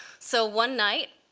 so one night,